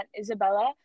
Isabella